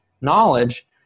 knowledge